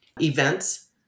events